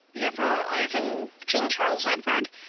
the emperor ivan, king charles edward,